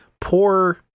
poor